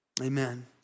amen